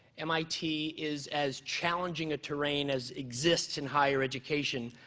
mit is as challenging a terrain as exists in higher education.